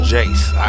Jace